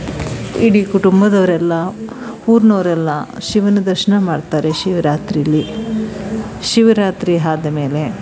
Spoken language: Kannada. ಇಡೀ ಕುಟುಂಬದವರೆಲ್ಲ ಊರಿನವ್ರೆಲ್ಲ ಶಿವನ ದರ್ಶನ ಮಾಡ್ತಾರೆ ಶಿವರಾತ್ರೀಲಿ ಶಿವರಾತ್ರಿ ಆದ ಮೇಲೆ